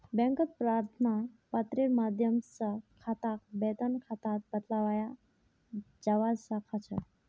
बैंकत प्रार्थना पत्रेर माध्यम स खाताक वेतन खातात बदलवाया जबा स ख छ